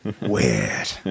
weird